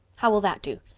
how will that do?